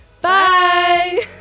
Bye